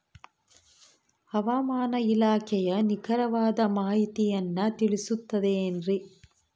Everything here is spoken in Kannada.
ಹವಮಾನ ಇಲಾಖೆಯ ನಿಖರವಾದ ಮಾಹಿತಿಯನ್ನ ತಿಳಿಸುತ್ತದೆ ಎನ್ರಿ?